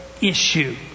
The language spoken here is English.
issue